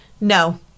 no